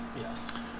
Yes